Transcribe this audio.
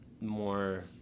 more